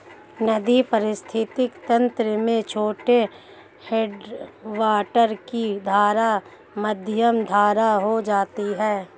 नदी पारिस्थितिक तंत्र में छोटे हैडवाटर की धारा मध्यम धारा हो जाती है